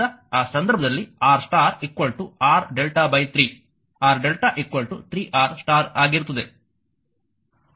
ಆದ್ದರಿಂದ ಆ ಸಂದರ್ಭದಲ್ಲಿ R star R lrmΔ 3 R lrmΔ 3 R star ಆಗಿರುತ್ತದೆ